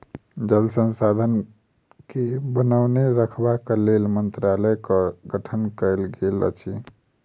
जल संसाधन के बनौने रखबाक लेल मंत्रालयक गठन कयल गेल अछि